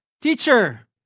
Teacher